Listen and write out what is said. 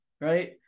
Right